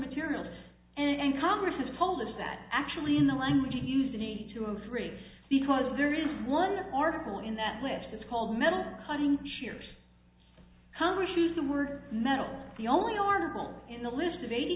materials and congress has told us that actually in the language it used to be two or three because there is one article in that list it's called middle hunting shares congress is the word medal the only article in the list of eighty